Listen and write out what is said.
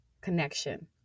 connection